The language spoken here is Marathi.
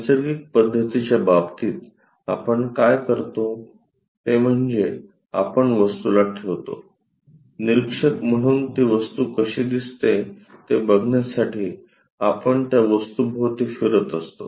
नैसर्गिक पद्धतीच्या बाबतीत आपण काय करतो ते म्हणजे आपण वस्तूला ठेवतो निरीक्षक म्हणून ती वस्तू कशी दिसते ते बघण्यासाठी आपण त्या वस्तूभोवती फिरत असतो